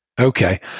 Okay